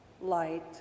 light